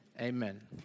amen